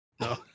No